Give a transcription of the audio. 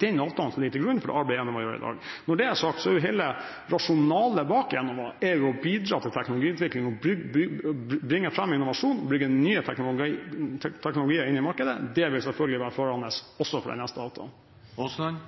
den avtalen som ligger til grunn for det arbeidet Enova gjør i dag. Når det er sagt, er hele rasjonalet bak Enova å bidra til teknologiutvikling, bringe fram innovasjon og bringe nye teknologier inn i markedet. Det vil selvfølgelig være førende også for den nye avtalen.